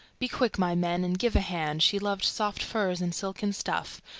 be quick, my men, and give a hand, she loved soft furs and silken stuff,